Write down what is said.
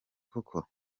koko